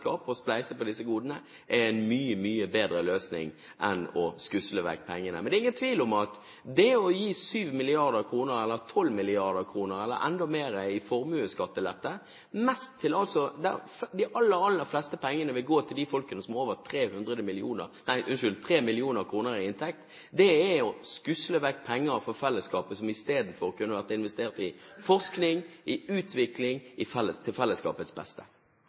og å spleise på disse godene er en mye bedre løsning enn å skusle vekk pengene. Men det er ingen tvil om at hvis man gir 7 mrd. kr, 12 mrd. kr eller enda mer i formuesskattelette, vil de aller fleste pengene gå til de folkene som har over 3 mill. kr i inntekt. Det er å skusle vekk penger fra fellesskapet, som i stedet kunne vært investert i forskning og utvikling til fellesskapets beste.